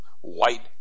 white